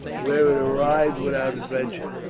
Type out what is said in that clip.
where it arrived without adventure.